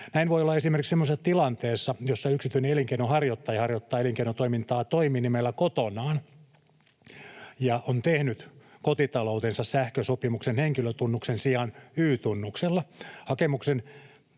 Näin voi olla esimerkiksi semmoisessa tilanteessa, jossa yksityinen elinkeinonharjoittaja harjoittaa elinkeinotoimintaa toiminimellä kotonaan ja on tehnyt kotitalouteensa sähkösopimuksen henkilötunnuksen sijaan Y-tunnuksella. Hakemusten